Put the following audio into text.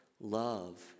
love